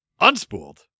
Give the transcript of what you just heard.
Unspooled